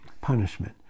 Punishment